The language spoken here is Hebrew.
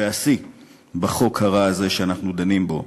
והשיא הוא בחוק הרע הזה שאנחנו דנים בו,